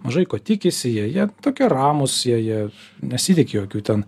mažai ko tikisi jie jie tokie ramūs jie jie nesitiki jokių ten